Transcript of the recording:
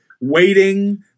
waiting